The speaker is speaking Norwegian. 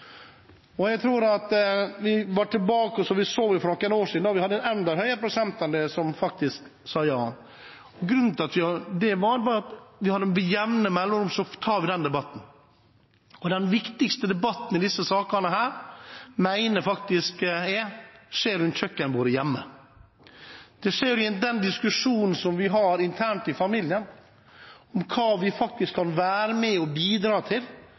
For noen år siden hadde vi en enda høyere prosentandel som faktisk sa ja. Grunnen til det var at vi med jevne mellomrom tok den debatten. Den viktigste debatten i disse sakene mener jeg faktisk skjer rundt kjøkkenbordet hjemme. Det skjer i den diskusjonen som vi har internt i familien, om hva vi faktisk kan være med og bidra til,